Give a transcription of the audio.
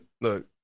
look